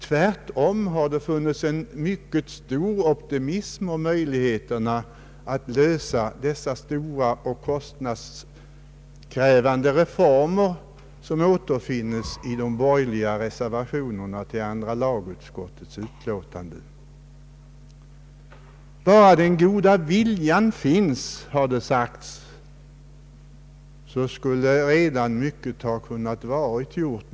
Tvärtom har det funnits en mycket stor optimism om möjligheterna att genomföra de stora och kostnadskrävande reformer som återfinns i de borgerliga reservationerna till andra lagutskottets utlåtande. Om bara den goda viljan hade funnits, har det sagts, skulle redan mycket ha va rit gjort.